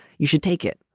you should take it